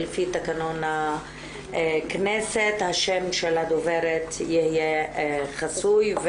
לפי תקנון הכנסת השם של הדוברת יהיה חסוי.